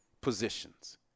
positions